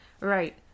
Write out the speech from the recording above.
Right